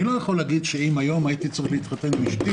אני לא יכול להגיד שאם היום הייתי צריך להתחתן עם אשתי